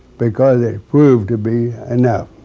because it proved to be enough.